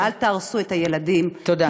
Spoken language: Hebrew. ואל תהרסו את הילדים, תודה.